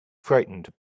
frightened